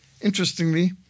interestingly